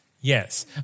yes